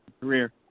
career